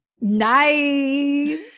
Nice